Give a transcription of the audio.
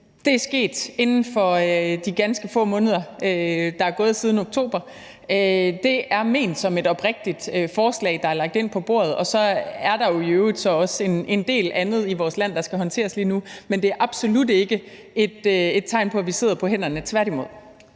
Det er sket inden for de ganske få måneder, der er gået siden oktober. Det forslag, der er lagt på bordet, er ment som et oprigtigt forslag, og så er der jo i øvrigt også en del andet i vores land, der skal håndteres lige nu. Men det er absolut ikke et tegn på, at vi sidder på hænderne – tværtimod.